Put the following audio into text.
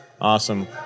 Awesome